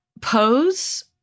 Pose